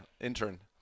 intern